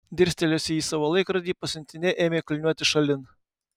dirstelėjusi į savo laikrodį pasiuntinė ėmė kulniuoti šalin